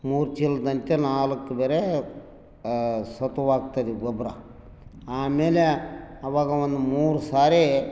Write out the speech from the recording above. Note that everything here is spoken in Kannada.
ಮೂರು ಚೀಲ್ದಂತೆ ನಾಲ್ಕು ಬೇರೇ ಸತು ಹಾಗ್ತಯಿದಿವಿ ಗೊಬ್ಬರ ಆಮೇಲೆ ಅವಾಗ ಒಂದು ಮೂರು ಸಾರಿ